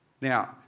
Now